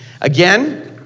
Again